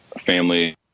family